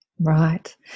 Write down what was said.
Right